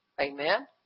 Amen